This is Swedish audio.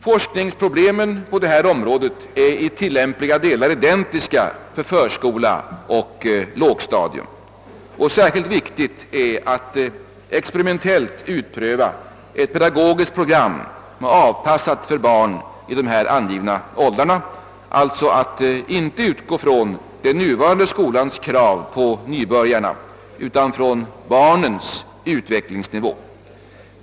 Forskningsproblemen på detta område är i tillämpliga delar identiska för förskola och lågstadium. Särskilt viktigt är att experimentellt utpröva ett pedagogiskt program avpassat för barn i här angivna åldrar — alltså att icke utgå från den nuvarande skolans krav på nybörjarna utan från barnens utvecklingsnivå.